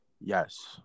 yes